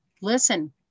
listen